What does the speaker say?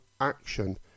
Action